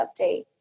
update